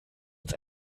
uns